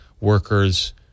workers